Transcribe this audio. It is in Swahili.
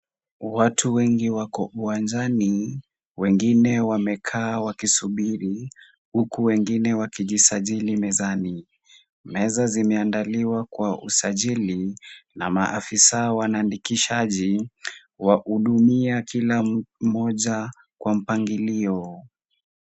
Watu wengi wako uwanjani, wengine wamekaa wakisubiri huku wengine wakijisajili mezani. Meza zimeandaliwa kwa usajili na maafisa waandikishaji, wahudumia kila mmoja kwa mpangilio.